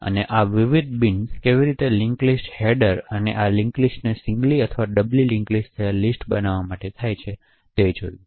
અને આ વિવિધ બીન્સ કેવી રીતે લિંક્સ લિસ્ટ હેડરો અને આ લિન્ક લિસ્ટને સિંગલી અથવા ડબલિ લિન્ક થયેલ લિસ્ટ બનાવવા માટે થાય છે તે જોયું